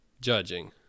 Judging